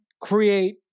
create